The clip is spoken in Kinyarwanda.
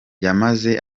yamaze